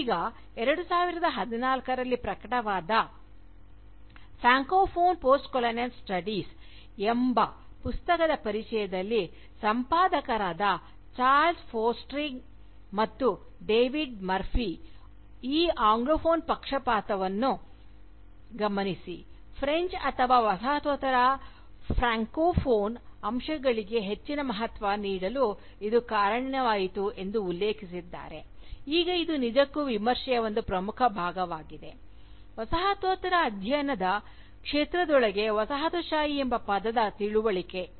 ಈಗ 2014 ರಲ್ಲಿ ಪ್ರಕಟವಾದ "ಫ್ರಾಂಕೋಫೋನ್ ಪೋಸ್ಟ್ಕೊಲೊನಿಯಲ್ ಸ್ಟಡೀಸ್" ಎಂಬ ಪುಸ್ತಕದ ಪರಿಚಯದಲ್ಲಿ ಸಂಪಾದಕರಾದ ಚಾರ್ಲ್ಸ್ ಫೋರ್ಸ್ಡಿಕ್ ಮತ್ತು ಡೇವಿಡ್ ಮರ್ಫಿ ಈ ಆಂಗ್ಲೋಫೋನ್ ಪಕ್ಷಪಾತವನ್ನು ಗಮನಿಸಿ ಫ್ರೆಂಚ್ ಅಥವಾ ವಸಾಹತೋತ್ತರ ಫ್ರಾಂಕೋಫೋನ್ ಅಂಶಗಳಿಗೆ ಹೆಚ್ಚಿನ ಮಹತ್ವ ನೀಡಲು ಇದು ಕಾರಣವಾಯಿತು ಎಂದು ಉಲ್ಲೇಖಿಸಿದ್ದಾರೆ ಈಗ ಇದು ನಿಜಕ್ಕೂ ವಿಮರ್ಶೆಯ ಒಂದು ಪ್ರಮುಖ ಭಾಗವಾಗಿದೆ ವಸಾಹತೋತ್ತರ ಅಧ್ಯಯನ ಕ್ಷೇತ್ರದೊಳಗೆ ವಸಾಹತುಶಾಹಿ ಎಂಬ ಪದದ ತಿಳುವಳಿಕೆ